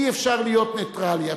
אי-אפשר להיות נייטרלי,